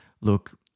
look